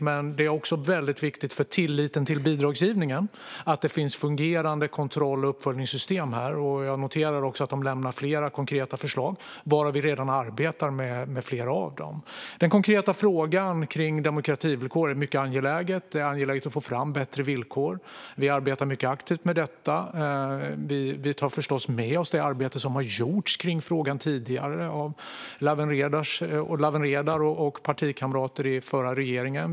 Men det är också viktigt för tilliten till bidragsgivningen att det finns fungerande kontroll och uppföljningssystem, och jag noterar att Riksrevisionen lämnar flera konkreta förslag, varav vi redan arbetar med flera. När det gäller demokrativillkoret är det mycket angeläget att få fram bättre villkor, och vi arbetar aktivt med det. Vi tar förstås med oss det arbete som har gjorts i frågan tidigare av Lawen Redar med partikamrater under förra regeringen.